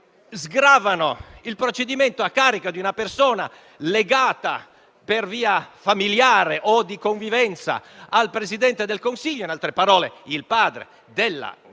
sgrava il procedimento a carico di una persona legata per via familiare o di convivenza al Presidente del Consiglio: parliamo del padre di colei che